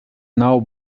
now